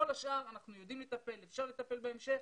בכל השאר אנחנו יודעים לטפל ואפשר לטפל בהמשך.